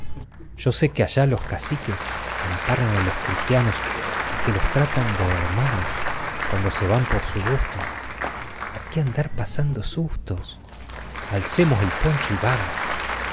yo sé que allá los caciques amparan a los cristianos y que los tratan de cuando se van por su gusto a qué andar pasando sustosalcemos el poncho y vamos